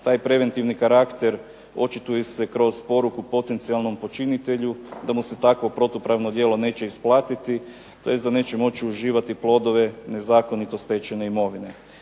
Taj preventivni karakter očituje se kroz poruku potencijalnom počinitelju da mu se takvo protupravno djelo neće isplatiti, tj. da neće moći uživati plodove nezakonito stečene imovine.